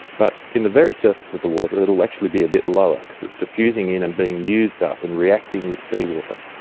but in the very surface of the water it will actually be a bit lower because it's diffusing in and being used up and reacting with seawater,